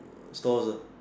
stores ah